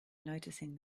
noticing